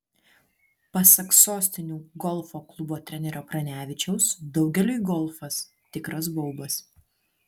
pasak sostinių golfo klubo trenerio pranevičiaus daugeliui golfas tikras baubas